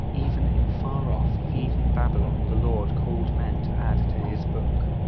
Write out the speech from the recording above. even in far-off heathen babylon the lord called men to add to his book.